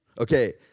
Okay